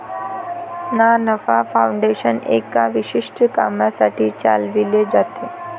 ना नफा फाउंडेशन एका विशिष्ट कामासाठी चालविले जाते